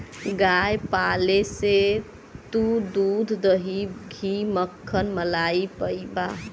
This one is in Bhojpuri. गाय पाले से तू दूध, दही, घी, मक्खन, मलाई पइबा